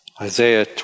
Isaiah